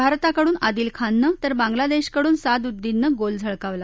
भारताकडून आदिल खाननं तर बांगलादेशाकडून साद उद्दीननं गोल झळकावला